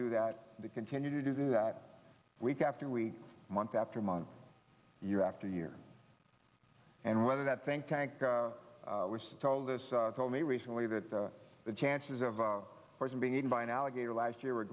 do that they continue to do that week after we month after month year after year and whether that think tank was told us told me recently that the chances of a person being eaten by an alligator last year